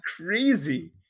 crazy